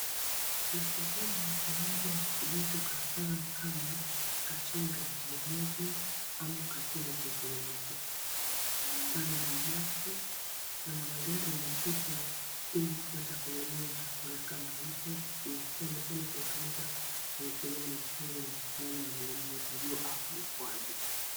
Ni sehemu ya kuuza vitu kadhaa kama kachiri za mihogo au kachiri za viazi. Pana madafu, pana magari yanapita, ili kupata kununua chakula kama hicho na sanasana kinatumika kuekelewa na chumvi na masala kwa juu au ukwaju.